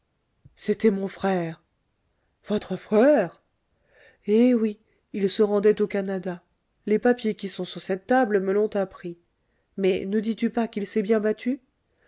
c'était mon frère votre frère eh oui il se rendait au canada les papiers qui sont sur cette table me l'ont appris mais ne dis-tu pas qu'il s'est bien battu